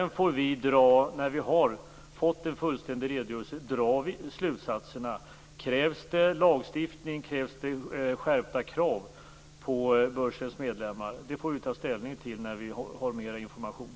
När vi har fått en fullständig redogörelse kan vi dra slutsatser: Krävs det lagstiftning eller behövs det skärpta krav på börsens medlemmar? Det får vi ta ställning till när vi har mer information.